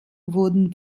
wurden